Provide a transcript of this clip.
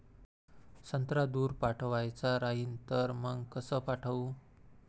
संत्रा दूर पाठवायचा राहिन तर मंग कस पाठवू?